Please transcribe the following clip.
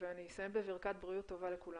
ואסיים בברכת בריאות טובה לכולם.